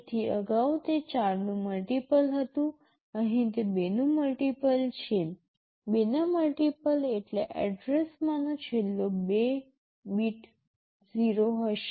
તેથી અગાઉ તે ૪ નું મલ્ટિપલ હતું અહીં તે ૨ નું મલ્ટિપલ છે ૨ ના મલ્ટિપલ એટલે એડ્રેસમાંનો છેલ્લો બીટ 0 હશે